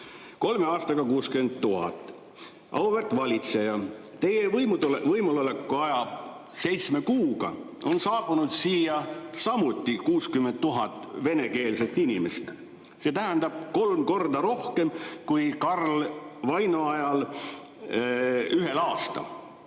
Kolme aastaga 60 000. Auväärt valitseja, teie võimuloleku ajal on seitsme kuuga saabunud siia samuti 60 000 venekeelset inimest, see tähendab kolm korda rohkem kui Karl Vaino ajal ühel aastal.